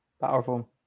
powerful